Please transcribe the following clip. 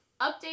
update